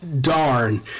darn